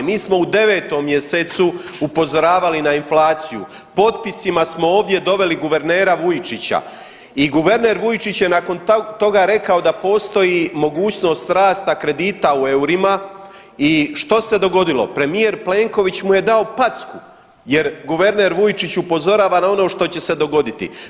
Mi smo u 9. mjesecu upozoravali na inflaciju, potpisima smo ovdje doveli guvernera Vujčića i guverner Vujčić je nakon toga rekao da postoji mogućnost rasta kredita u EUR-ima i što se dogodilo, premijer Plenković mu je dao packu jer guverner Vujčić upozorava na ono što će se dogoditi.